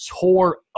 tore